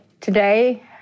Today